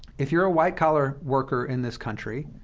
if you're a white-collar worker in this country,